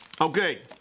Okay